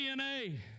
DNA